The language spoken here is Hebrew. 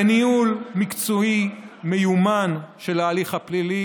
וניהול מקצועי מיומן של ההליך הפלילי